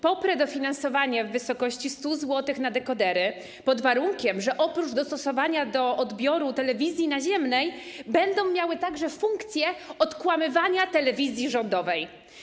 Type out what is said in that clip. Poprę dofinansowanie w wysokości 100 zł na dekodery pod warunkiem, że oprócz dostosowania do odbioru telewizji naziemnej będą miały także funkcję odkłamywania telewizji rządowej.